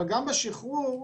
אבל גם בזה היה